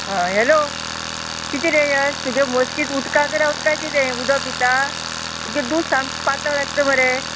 आं हॅलो कितें रे यश तुगे म्हशीं कितें उदकांत रावता कांय कितें उदोक दिता तुगे दूद सामकें पातळ येता मरे